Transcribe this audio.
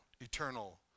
eternal